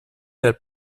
del